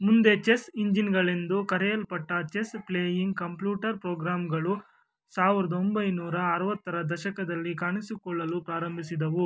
ಮುಂದೆ ಚೆಸ್ ಇಂಜಿನ್ಗಳಿಂದು ಕರೆಯಲ್ಪಟ್ಟ ಚೆಸ್ ಪ್ಲೇಯಿಂಗ್ ಕಂಪ್ಯೂಟರ್ ಪ್ರೋಗ್ರಾಮ್ಗಳು ಸಾವ್ರ್ದ ಒಂಬೈನೂರ ಅರವತ್ತರ ದಶಕದಲ್ಲಿ ಕಾಣಿಸಿಕೊಳ್ಳಲು ಪ್ರಾರಂಭಿಸಿದವು